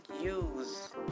use